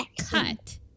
cut